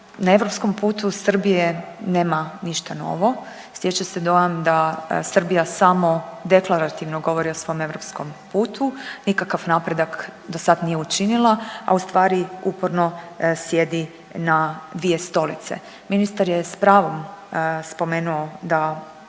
Na europskom putu Srbije nema ništa novo, stječe se dojam da Srbija samo deklarativno govori o svom europskom putu, nikakav napredak dosad nije učinila, a u stvari uporno sjedi na dvije stolice. Ministar je s pravom spomenuo da